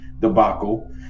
debacle